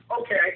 okay